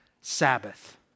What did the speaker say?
Sabbath